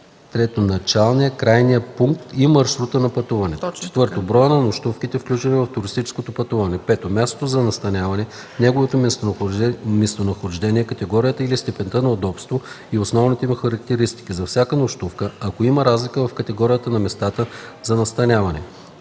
3. началния, крайния пункт и маршрута на пътуването; 4. броя на нощувките, включени в туристическото пътуване; 5. мястото за настаняване, неговото местонахождение, категорията или степента на удобство и основните му характеристики – за всяка нощувка, ако има разлика в категорията на местата за настаняване;